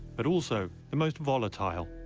but also the most volatile.